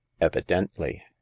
evidently